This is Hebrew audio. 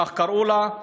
כך קראו לה,